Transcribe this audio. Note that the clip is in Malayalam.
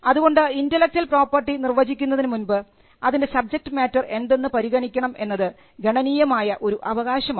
അതുകൊണ്ട് ഇൻൻറലെക്ച്വൽ പ്രോപ്പർട്ടി നിർവചിക്കുന്നതിന് മുൻപ് അതിൻറെ സബ്ജെക്ട് മാറ്റർ എന്തെന്ന് പരിഗണിക്കണം എന്നത് ഗണനീയമായ ഒരു അവകാശമാണ്